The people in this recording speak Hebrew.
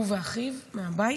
הוא ואחיו, מהבית,